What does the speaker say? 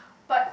but